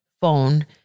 phone